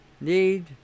need